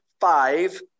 five